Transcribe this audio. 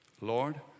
Lord